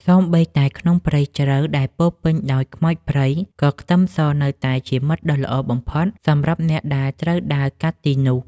សូម្បីតែក្នុងព្រៃជ្រៅដែលពោរពេញដោយខ្មោចព្រៃក៏ខ្ទឹមសនៅតែជាមិត្តដ៏ល្អបំផុតសម្រាប់អ្នកដែលត្រូវដើរកាត់ទីនោះ។